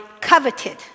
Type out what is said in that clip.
coveted